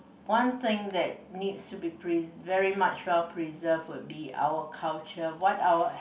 one thing that needs to be pre~ very much well preserved would be our would be culture what our